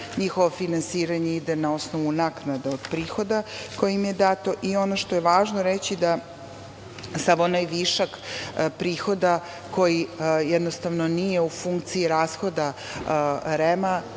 Njihovo finansiranje ide na osnovu naknade od prihoda koje im je dato. Ono što je važno reći da sav onaj višak prihoda koji jednostavno nije u funkciji rashoda REM